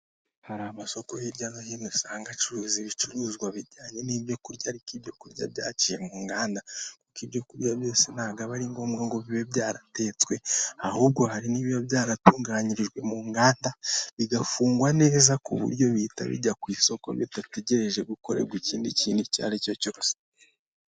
Hari amasoko hirya no hino usanga acuruza ibicuruzwa bijyanye n'ibyo kurya, ariko ibyo kurya byaciye mu nganda. Kuko ibyo kurya byose ntabwo aba ari ngombwa ngo bibe byaratetswe. Ahubwo hari n'ibiba byaratunganyirijwe mu nganda, bigafungwa neza ku buryo bihita bijya ku isoko bidategereje gukorerwa ikindi kintu icyo ari cyo cyose.